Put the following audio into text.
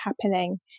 happening